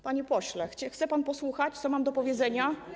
Panie pośle, chce pan posłuchać, co mam do powiedzenia?